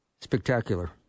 spectacular